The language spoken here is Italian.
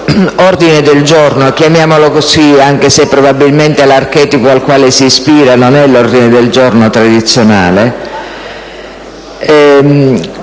ordine del giorno (chiamiamolo così, anche se probabilmente l'archetipo al quale si ispira non è quello di un tradizionale